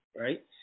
right